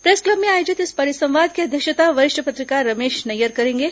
press club में आयोजित इस परिसंवाद की अध्यक्षता वरिष्ठ पत्रकार रमेश नैयर करेंगे